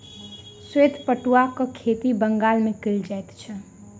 श्वेत पटुआक खेती बंगाल मे कयल जाइत अछि